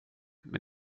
men